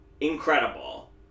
incredible